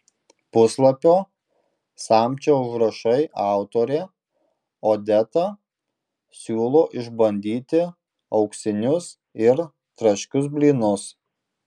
puslapio samčio užrašai autorė odeta siūlo išbandyti auksinius ir traškius blynus